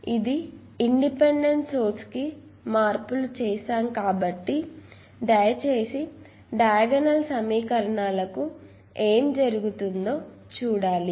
ఇది independent source కి మార్పులు చేసాము కాబట్టి దయచేసి సమీకరణాలకు ఏమి జరుగుతుందో చూడాలి